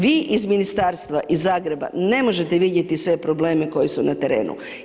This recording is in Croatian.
Vi iz ministarstva, iz Zagreba, ne možete vidjeti sve probleme koji su na terenu.